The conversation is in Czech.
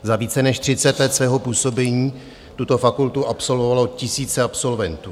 Za více než 30 let svého působení tuto fakultu absolvovalo tisíce absolventů.